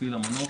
מפעיל המנוף,